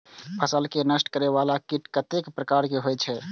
फसल के नष्ट करें वाला कीट कतेक प्रकार के होई छै?